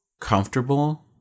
comfortable